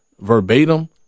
verbatim